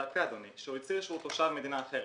שהוא הצהיר שהוא תושב מדינה אחרת,